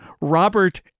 robert